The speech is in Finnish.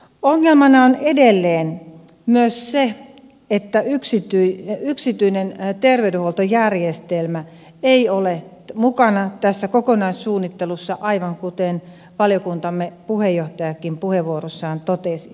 ongelmana on edelleen myös se että yksityinen terveydenhuoltojärjestelmä ei ole mukana tässä kokonaissuunnittelussa aivan kuten valiokuntamme puheenjohtajakin puheenvuorossaan totesi